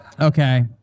Okay